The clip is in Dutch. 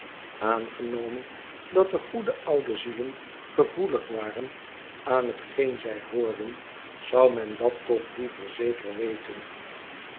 aangenomen dat de goede oude zielen gevoelig waren aan hetgeen zij hoorden zou men dat toch liever zeker weten